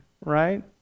right